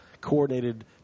coordinated